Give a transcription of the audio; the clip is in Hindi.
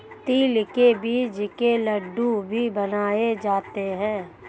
तिल के बीज के लड्डू भी बनाए जाते हैं